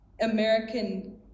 American